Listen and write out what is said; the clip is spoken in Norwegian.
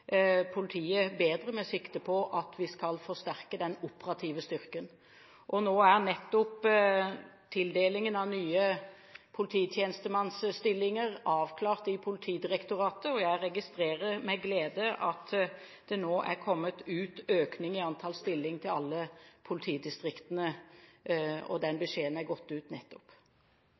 politiet bedre, med sikte på at vi skal forsterke den operative styrken. Nå er tildelingen av nye polititjenestemannsstillinger avklart i Politidirektoratet. Jeg registrerer med glede at det nå er økning i antall stillinger til alle politidistriktene. Den beskjeden er nettopp gått ut.